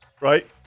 Right